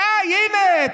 ודאי, הינה.